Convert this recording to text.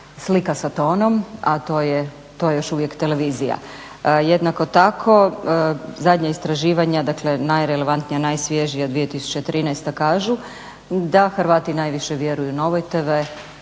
slika sa tonom, a to je još uvijek televizija. Jednako tako zadnja istraživanja dakle najrelevantnija, najsvježija 2013.kažu da Hrvati najviše vjeruju Novoj TV,